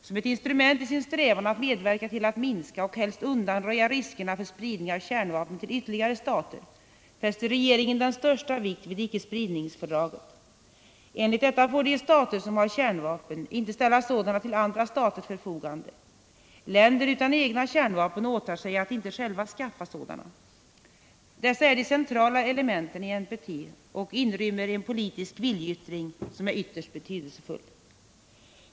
Som ett instrument i sin strävan att medverka till att minska — och helst helt undanröja — riskerna för spridning av kärnvapen till ytterligare stater fäster regeringen den största vikt vid icke-spridningsfördraget . Enligt detta får de stater som har kärnvapen inte ställa sådana till andra staters förfogande. Länder utan egna kärnvapen åtar sig att inte själva skaffa sådana. Dessa är de centrala elementen i NPT och inrymmer en politisk viljeyttring som är ytterst betydelsefull.